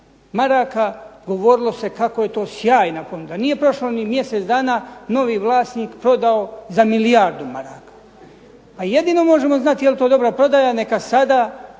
maraka govorilo se kako je to sjajna ponuda, nije prošlo ni mjesec dana novi vlasnik prodao za milijardu maraka. Pa jedino možemo znati je li to dobra prodaja neka sada